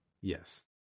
Yes